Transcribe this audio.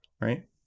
right